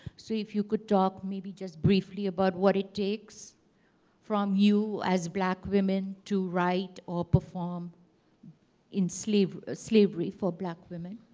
so if you could talk maybe just briefly about what it takes from you as black women to write or perform slavery slavery for black women.